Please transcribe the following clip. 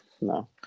No